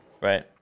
right